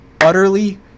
Utterly